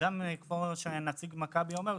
שכמו שנציג מכבי אומר,